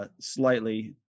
slightly